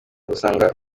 gusanga